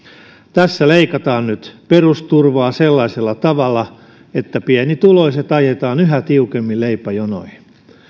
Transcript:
tässä leikataan nyt perusturvaa sellaisella tavalla että pienituloiset ajetaan yhä tiukemmin leipäjonoihin